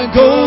go